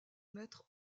maître